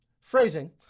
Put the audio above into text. Phrasing